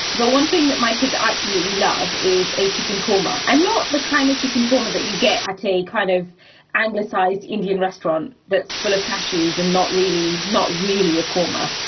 but one thing that my kids absolutely love is a chicken korma and not the kind of chicken korma that you get at a kind of anglicized indian restaurant, that's full of cashews and not really not really a korma.